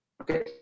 Okay